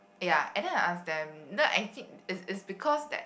ya and then I ask them you know actually it's it's because that